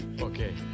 Okay